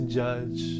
judge